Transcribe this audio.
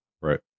Right